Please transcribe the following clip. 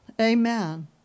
Amen